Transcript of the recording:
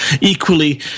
equally